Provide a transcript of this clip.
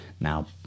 Now